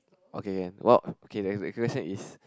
okay can well okay next next question is